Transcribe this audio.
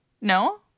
No